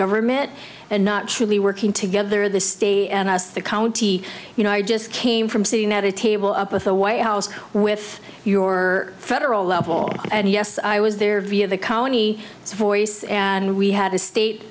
government and not truly working together this day and as the county you know i just came from sitting at a table up with the white house with your federal level and yes i was there via the colony voice and we had a state